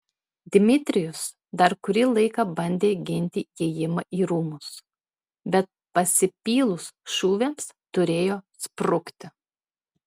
dmitrijus dar kurį laiką bandė ginti įėjimą į rūmus bet pasipylus šūviams turėjo sprukti